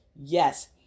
yes